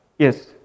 Yes